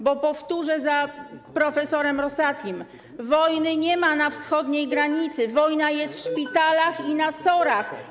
Bo powtórzę za prof. Rosatim: wojny nie ma na wschodniej granicy, wojna jest w szpitalach i na SOR-ach.